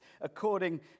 according